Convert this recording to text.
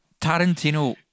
Tarantino